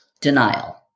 Denial